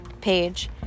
page